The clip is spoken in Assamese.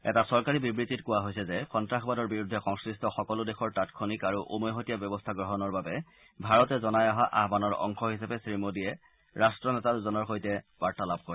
এটা চৰকাৰী বিবৃতিত কোৱা হৈছে যে সন্তাসবাদৰ বিৰুদ্ধে সংশ্লিষ্ট সকলো দেশৰ তাৎক্ষণিক আৰু উমৈহতীয়া ব্যৱস্থা গ্ৰহণৰ বাবে ভাৰতে জনাই অহা আহানৰ অংশ হিচাপে শ্ৰীমোডীয়ে ৰাষ্ট্ৰ নেতা দুজনৰ সৈতে বাৰ্তালাপ কৰে